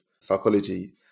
psychology